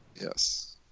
yes